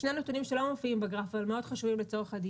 יש שני נתונים שלא מופיעים בגרף אבל הם מאוד חשובים לדיון.